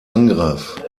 angriff